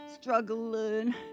struggling